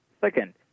Second